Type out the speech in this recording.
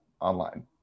online